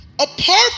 apart